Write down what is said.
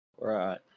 Right